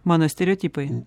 mano stereotipai